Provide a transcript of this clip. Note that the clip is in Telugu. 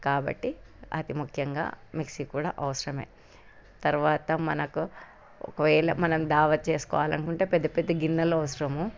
కాబట్టి అతి ముఖ్యంగా మిక్సీ కూడా అవసరమే తర్వాత మనకు ఒకవేళ మనం దావత్ చేసుకోవాలనుకుంటే పెద్ద పెద్ద గిన్నెలు అవసరము